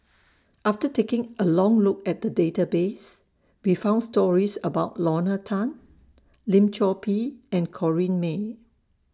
after taking A Long Look At The Database We found stories about Lorna Tan Lim Chor Pee and Corrinne May